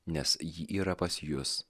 nes ji yra pas jus